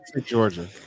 Georgia